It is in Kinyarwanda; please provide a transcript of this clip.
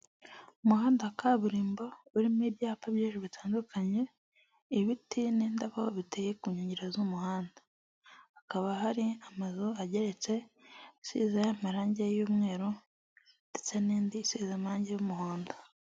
Umuhanda wa kaburimbo urimo ibyapa byinshi bitandukanye, ibiti n'indabo biteye ku nkengero z'umuhanda, hakaba hari amazu ageretse asize amarange y'umweru ndetse n'indi isize amarange y'umuhondo.